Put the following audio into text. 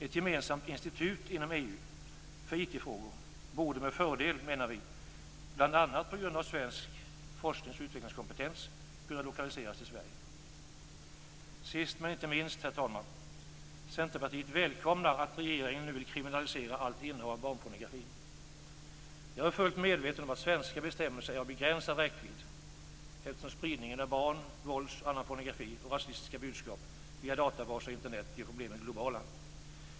Ett gemensamt institut inom EU för IT-frågor borde med fördel, bl.a. på grund av svensk kompetens inom forskning och utveckling, kunna lokaliseras till Sverige. Sist men inte minst, herr talman, välkomnar Centerpartiet att regeringen nu vill kriminalisera allt innehav av barnpornografi. Jag är fullt medveten om att svenska bestämmelser är av begränsad räckvidd, eftersom spridningen av barn-, vålds och annan pornografi och rasistiska budskap via databaser och Internet gör problemen globala.